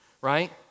right